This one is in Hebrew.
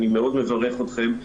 אני מאוד מברך אתכם.